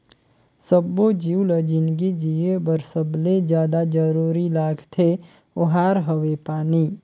सब्बो जीव ल जिनगी जिए बर सबले जादा जरूरी लागथे ओहार हवे पानी